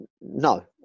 no